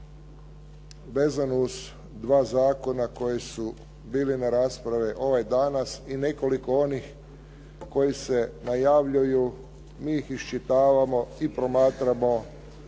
vezano uz dva zakona koja su boli na raspravi ovaj danas i nekoliko onih koji se najavljuju njih iščitavamo i promatramo